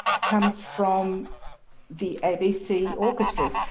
comes from the abc orchestras.